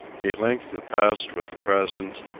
he linked the past with the present,